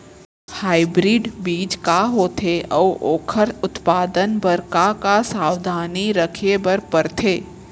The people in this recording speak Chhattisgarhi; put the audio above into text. हाइब्रिड बीज का होथे अऊ ओखर उत्पादन बर का का सावधानी रखे बर परथे?